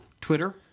Twitter